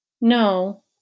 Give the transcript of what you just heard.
No